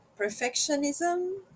perfectionism